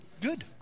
Good